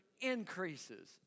increases